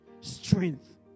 strength